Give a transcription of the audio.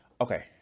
okay